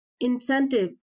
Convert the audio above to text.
incentive